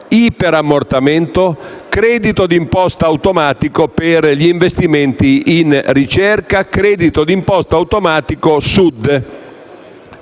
iperammortamento, credito di imposta automatico per gli investimenti in ricerca, credito d'imposta automatico Sud.